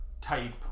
type